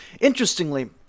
Interestingly